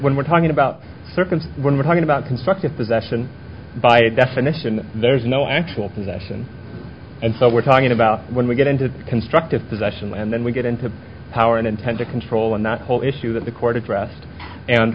when we're talking about circuits when we're talking about constructive possession by definition there's no actual possession and so we're talking about when we get into constructive possession and then we get into a power and intent to control and the whole issue that the court addressed and